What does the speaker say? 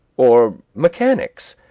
or mechanics,